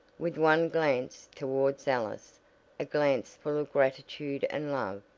with one glance towards alice a glance full of gratitude and love.